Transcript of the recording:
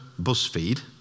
BuzzFeed